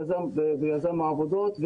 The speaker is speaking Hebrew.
ביזם העבודות,